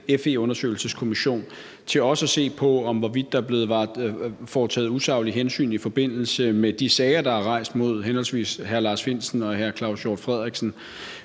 FE-undersøgelseskommission til også at se på om, hvorvidt der er blevet foretaget usaglige hensyn i forbindelse med de sager, der er rejst mod henholdsvis hr. Lars Findsen og hr. Claus Hjort Frederiksen.